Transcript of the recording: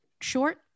short